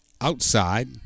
outside